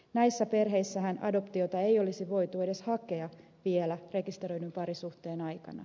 näissä perheissähän adoptiota ei olisi voitu edes hakea vielä rekisteröidyn parisuhteen aikana